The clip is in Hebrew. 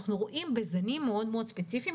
יש זנים מאוד ספציפיים,